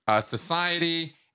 society